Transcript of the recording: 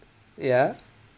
yeah